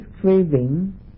craving